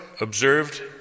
observed